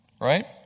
Right